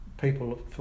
people